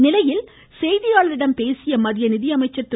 இதனிடையே செய்தியாளர்களிடம் பேசிய மத்திய நிதியமைச்சர் திரு